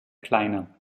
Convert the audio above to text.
kleiner